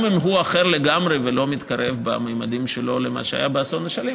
גם אם הוא אחר לגמרי ולא מתקרב בממדים שלו למה שהיה באסון אשלים.